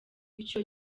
icyo